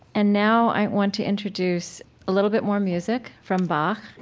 and now i want to introduce a little bit more music from bach,